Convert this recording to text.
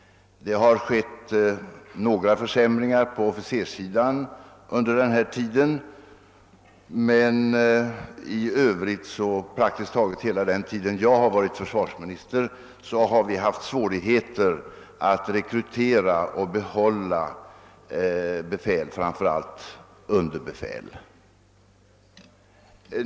Det har skett några försämringar på. officerssidan under den tiden, men i övrigt har vi under praktiskt taget hela den tid jag har varit försvarsminister haft svårigheter att rekrytera och behålla befäl, framför allt underbefäl.